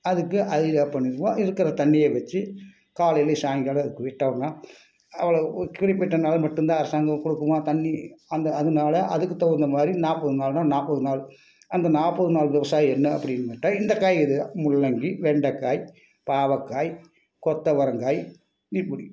அதுக்கு அது பண்ணிக்குவோம் இருக்கிற தண்ணியை வச்சி காலையிலேயும் சாயங்காலமும் அதுக்கு விட்டோம்னால் அவ்வளோ ஒரு குறிப்பிட்ட நாள் மட்டும் தான் அரசாங்கம் கொடுக்குமா தண்ணி அந்த அதனால அதுக்கு தகுந்த மாதிரி நாற்பது நாள்னால் நாற்பது நாள் அந்த நாற்பது நாள் விவசாயம் என்ன அப்படின்னு கேட்டால் இந்த காய்கறி தான் முள்ளங்கி வெண்டைக்காய் பாவற்காய் கொத்தவரங்காய் இப்படி